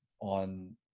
on